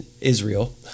Israel